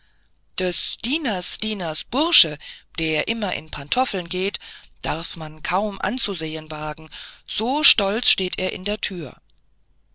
des dieners dieners burschen der immer in pantoffeln geht darf man kaum anzusehen wagen so stolz steht er in der thür